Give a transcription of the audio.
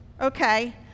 Okay